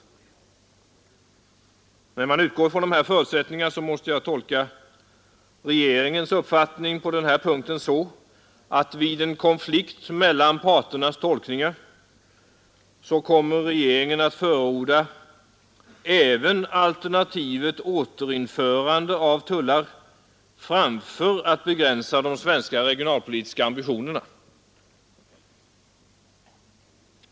Om jag utgår från dessa förutsättningar måste jag uppfatta regeringens ståndpunkt i det här avseendet så, att vid en konflikt mellan parternas tolkningar kommer regeringen att förorda även alternativet återinförande av tullar framför att begränsa de svenska regionalpolitiska ambitionerna.